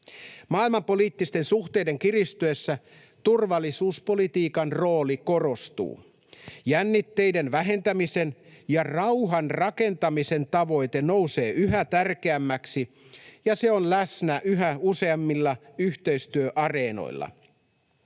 Maailmanpoliittisten suhteiden kiristyessä turvallisuuspolitiikan rooli korostuu. Jännitteiden vähentämisen ja rauhan rakentamisen tavoite nousee yhä tärkeämmäksi, ja se on läsnä yhä useammilla yhteistyöareenoilla.